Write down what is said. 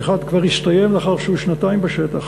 שאחד כבר הסתיים לאחר שהוא שנתיים בשטח.